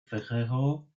ferrero